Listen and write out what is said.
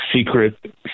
secret